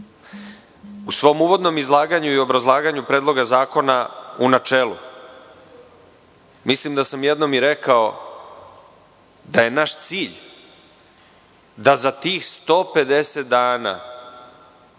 svom uvodnom izlaganju i obrazlaganju Predloga zakona u načelu, mislim da sam jednom rekao da je naš cilj da za tih 150 dana,